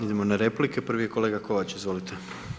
Idemo na replike, prvi je kolega Kovač, izvolite.